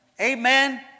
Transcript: Amen